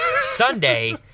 Sunday